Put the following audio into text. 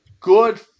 good